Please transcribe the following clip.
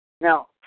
Now